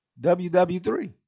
WW3